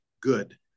good